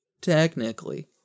Technically